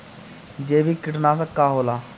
जैविक कीटनाशक का होला?